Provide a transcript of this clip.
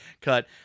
cut